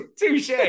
touche